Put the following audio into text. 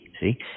See